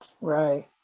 right